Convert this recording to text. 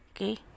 okay